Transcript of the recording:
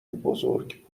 بزرگ